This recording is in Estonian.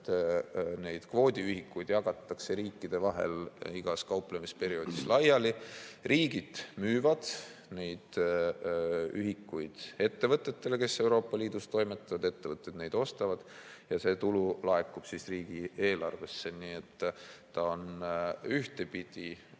neid kvoodiühikuid jagatakse riikide vahel igas kauplemisperioodis laiali. Riigid müüvad neid ühikuid ettevõtetele, kes Euroopa Liidus toimetavad, ettevõtted ostavad neid ja see tulu laekub riigieelarvesse. See ühtepidi